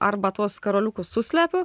arba tuos karoliukus suslepiu